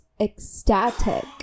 ecstatic